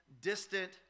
distant